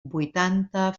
huitanta